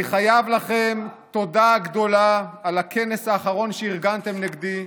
אני חייב לכם תודה גדולה על הכנס האחרון שארגנתם נגדי,